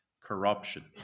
Corruption